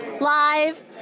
live